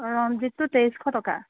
ৰঞ্জিতটো তেইছশ টকা